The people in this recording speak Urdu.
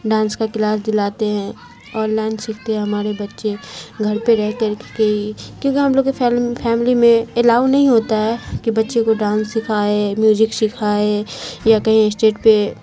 ڈانس کا کلاس دلاتے ہیں آن لائن سیکھتے ہیں ہمارے بچے گھر پہ رہ کر کے کہ کیونکہ ہم لوگ کے فیملی میں الاؤ نہیں ہوتا ہے کہ بچے کو ڈانس سکھائے میوزک سکھائے یا کہیں اسٹیٹ پہ